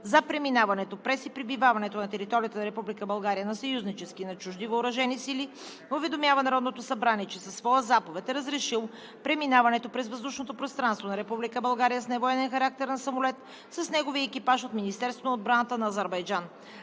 за преминаването през и пребиваването на територията на Република България на съюзнически и на чужди въоръжени сили уведомява Народното събрание, че със своя заповед е разрешил преминаването през въздушното пространство на Република България с невоенен характер на самолет с неговия екипаж от Министерството на отбраната на Азербайджан.